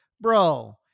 bro